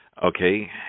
Okay